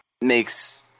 makes